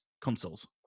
consoles